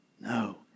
No